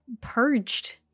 purged